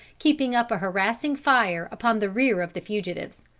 keeping up a harassing fire upon the rear of the fugitives.